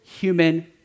human